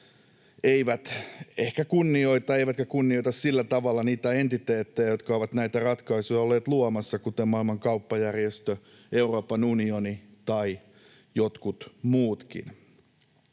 eivät kunnioita sillä tavalla niitä entiteettejä, jotka ovat näitä ratkaisuja olleet luomassa, kuten Maailman kauppajärjestö, Euroopan unioni tai jotkut muutkin.